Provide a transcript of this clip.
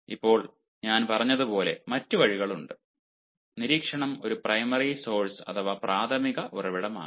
ഇപ്പോൾ ഞാൻ പറഞ്ഞതുപോലെ മറ്റ് വഴികളുമുണ്ട് നിരീക്ഷണം ഒരു പ്രൈമറി സോർസ് അഥവാ പ്രാഥമിക ഉറവിടമാകാം